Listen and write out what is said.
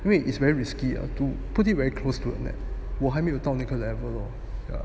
因为 is very risky ah to put it very close to net 我还没有到那个 level lor